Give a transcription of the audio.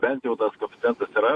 bent jau tas koeficientas yra